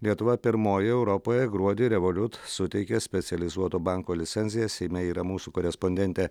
lietuva pirmoji europoje gruodį revoliut suteikė specializuoto banko licenciją seime yra mūsų korespondentė